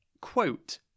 quote